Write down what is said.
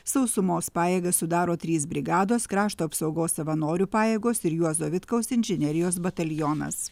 sausumos pajėgas sudaro trys brigados krašto apsaugos savanorių pajėgos ir juozo vitkaus inžinerijos batalionas